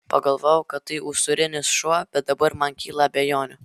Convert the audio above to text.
pagalvojau kad tai usūrinis šuo bet dabar man kyla abejonių